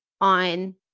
on